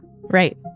Right